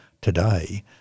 today